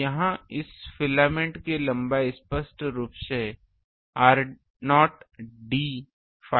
तो यहाँ इस फिलामेंट की लंबाय स्पष्ट रूप से r0 d phi डैश है